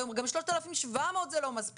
היו אומרים: גם 3,700 זה לא מספיק.